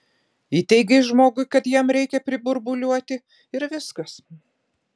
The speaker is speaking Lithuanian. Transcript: įteigei žmogui kad jam reikia priburbuliuoti ir viskas